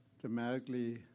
dramatically